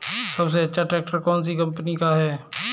सबसे अच्छा ट्रैक्टर कौन सी कम्पनी का है?